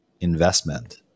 investment